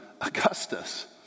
augustus